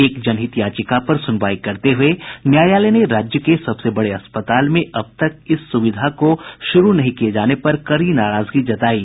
एक जनहित याचिका पर सुनवाई करते हुए न्यायालय ने राज्य के सबसे बड़े अस्पताल में अब तक इस सुविधा को शुरू नहीं किये जाने पर कड़ी नाराजगी जतायी